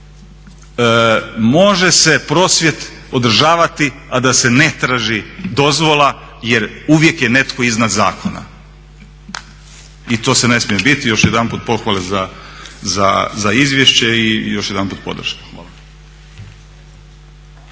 može se prosvjed održavati a da se ne traži dozvola jer uvijek je netko iznad zakona. I to se ne smije biti. Još jedanput pohvale za izvješće i još jedanput podrška.